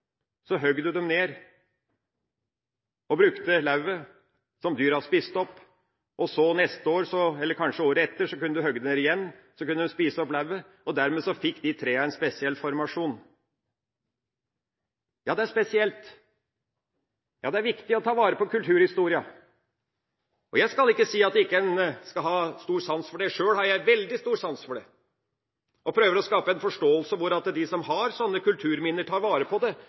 dem ned og lot dyra spise opp lauvet, og så neste år, eller kanskje året etter, kunne man hogge det ned igjen, og så kunne dyra spise opp lauvet, og dermed fikk disse trærne en spesiell form. Ja, det er spesielt, og det er viktig å ta vare på kulturhistorien. Og jeg skal ikke si at en ikke skal ha stor sans for det. Sjøl har jeg veldig stor sans for det og prøver å skape en forståelse for at de som har sånne kulturminner, tar vare på det